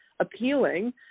appealing